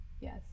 yes